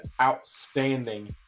outstanding